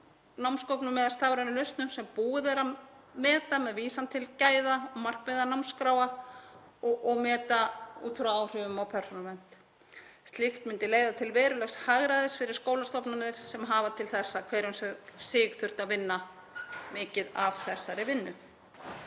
námsgögnum eða stafrænum lausnum sem búið er að meta með vísan til gæðamarkmiða námskráa og meta út frá áhrifum á persónuvernd. Slíkt myndi leiða til verulegs hagræðis fyrir skólastofnanir sem hafa til þessa hver um sig þurft að vinna mikið af þessari vinnu.